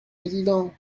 président